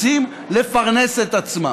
רוצים לפרנס את עצמם,